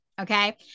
Okay